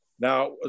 Now